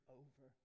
over